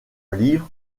livre